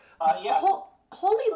Holy